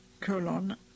colon